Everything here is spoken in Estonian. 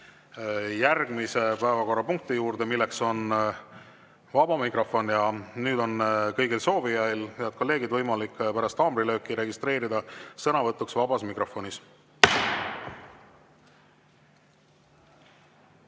järgmise päevakorrapunkti juurde, milleks on vaba mikrofon. Nüüd on kõigil soovijail, head kolleegid, võimalik pärast haamrilööki registreeruda sõnavõtuks vabas mikrofonis.